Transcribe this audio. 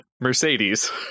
Mercedes